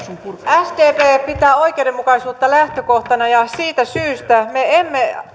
sdp pitää oikeudenmukaisuutta lähtökohtana ja siitä syystä me emme